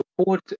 support